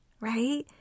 Right